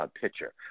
picture